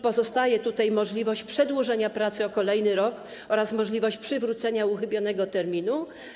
Pozostaje tutaj możliwość przedłużenia pracy o kolejny rok oraz możliwość przywrócenia uchybionego terminu.